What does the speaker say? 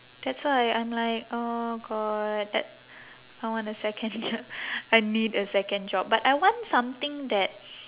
that's why I'm like oh god uh I want a second job I need a second job but I want something that